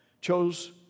chose